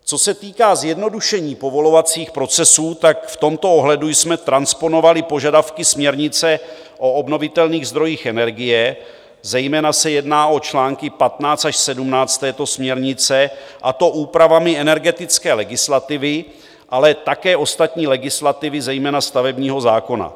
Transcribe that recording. Co se týče zjednodušení povolovacích procesů, v tomto ohledu jsme transponovali požadavky směrnice o obnovitelných zdrojích energie, zejména se jedná o čl. 15 až 17 této směrnice, a to úpravami energetické legislativy, ale také ostatní legislativy, zejména stavebního zákona.